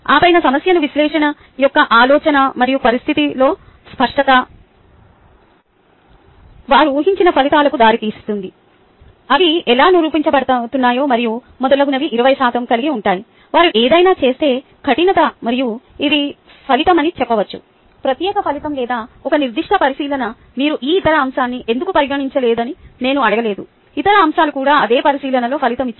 ఆపై సమస్య విశ్లేషణ యొక్క ఆలోచన మరియు పరిస్థితిలో స్పష్టత వారి ఊహించని ఫలితాలకు దారితీసింది అవి ఎలా నిరూపించబడుతున్నాయి మరియు మొదలగునవి 20 శాతం కలిగి ఉంటాయి వారు ఏదైనా చేస్తే కఠినత మరియు ఇది ఫలితమని చెప్పవచ్చు ప్రత్యేక ఫలితం లేదా ఒక నిర్దిష్ట పరిశీలన మీరు ఈ ఇతర అంశాన్ని ఎందుకు పరిగణించలేదని నేను అడగలేను ఇతర అంశాలు కూడా అదే పరిశీలనలో ఫలితమిచ్చాయి